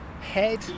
head